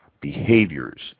behaviors